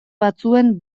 batzuen